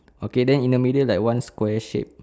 okay then in the middle like one square shape